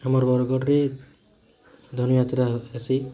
ଆମର୍ ବରଗଡ଼୍ରେ ଧନୁଯାତ୍ରା ହେସି